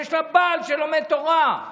שיש לה בעל שלומד תורה.